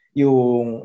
yung